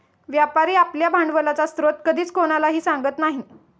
व्यापारी आपल्या भांडवलाचा स्रोत कधीच कोणालाही सांगत नाही